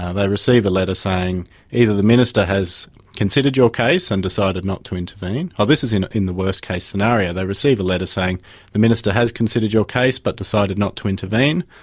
ah they receive a letter saying either the minister has considered your case and decided not to intervene, this is in in the worst case scenario, they receive a letter saying the minister has considered your case but decided not to intervene,